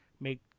make